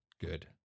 Good